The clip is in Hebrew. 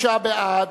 26 בעד,